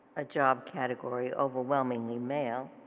a job category overwhelmingly males,